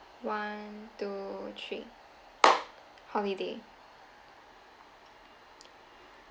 one two three holiday